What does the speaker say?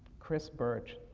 chris burch,